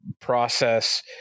process